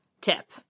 tip